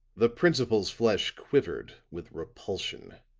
the principal's flesh quivered with repulsion.